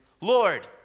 Lord